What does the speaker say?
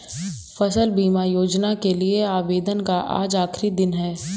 फसल बीमा योजना के लिए आवेदन का आज आखरी दिन है